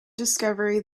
discovery